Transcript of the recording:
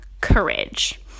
courage